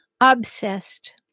Obsessed